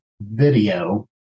video